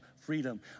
freedom